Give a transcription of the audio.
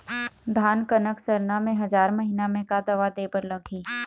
धान कनक सरना मे हजार महीना मे का दवा दे बर लगही?